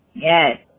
Yes